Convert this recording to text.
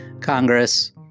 Congress